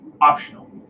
optional